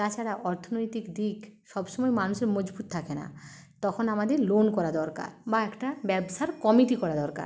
তাছাড়া অর্থনৈতিক দিক সবসময় মানুষের মজবুত থাকে না তখন আমাদের লোন করা দরকার বা একটা ব্যবসার কমিটি করা দরকার